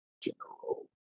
General